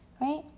right